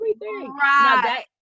Right